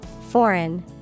Foreign